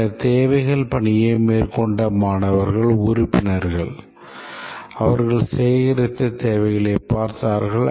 பின்னர் தேவைகள் பணியை மேற்கொண்ட மாணவர் உறுப்பினர்கள் அவர்கள் சேகரித்த தேவைகளைப் பார்த்தார்கள்